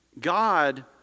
God